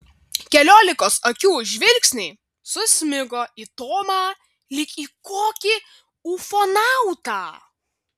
keliolikos akių žvilgsniai susmigo į tomą lyg į kokį ufonautą